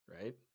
Right